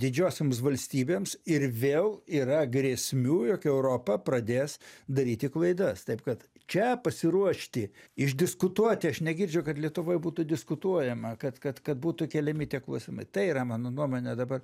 didžiosioms valstybėms ir vėl yra grėsmių jog europa pradės daryti klaidas taip kad čia pasiruošti išdiskutuoti aš negirdžiu kad lietuvoj būtų diskutuojama kad kad kad būtų keliami tie klausimai tai yra mano nuomone dabar